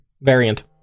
variant